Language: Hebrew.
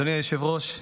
אדוני היושב-ראש,